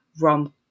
rom